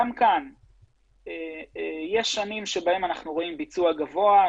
גם כאן יש שנים שבהן אנחנו רואים ביצוע גבוה,